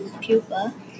pupa